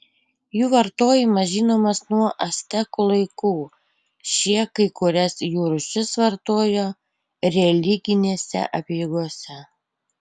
jų vartojimas žinomas nuo actekų laikų šie kai kurias jų rūšis vartojo religinėse apeigose